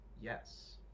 Yes